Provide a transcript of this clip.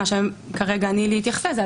מה שכרגע נילי התייחסה אליו,